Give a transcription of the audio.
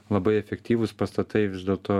labai efektyvūs pastatai vis dėlto